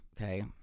Okay